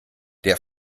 der